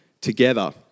together